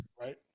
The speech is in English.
Right